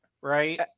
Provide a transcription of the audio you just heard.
right